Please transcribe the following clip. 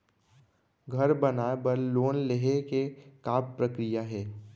घर बनाये बर लोन लेहे के का प्रक्रिया हे?